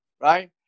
right